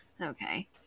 Okay